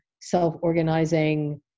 self-organizing